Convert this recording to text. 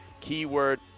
keyword